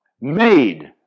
made